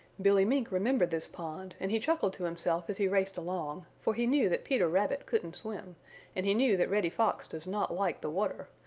billy mink remembered this pond and he chuckled to himself as he raced along, for he knew that peter rabbit couldn't swim and he knew that reddy fox does not like the water,